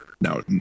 now